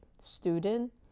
student